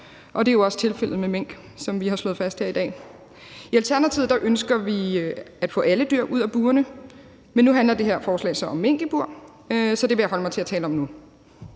og det er jo også tilfældet med mink, som vi har slået fast her i dag. I Alternativet ønsker vi at få alle dyr ud af burene, men nu handler det her forslag så om mink i bur, så det vil jeg holde mig til at tale om nu.